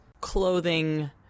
clothing